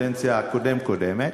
בקדנציה הקודמת לקודמת,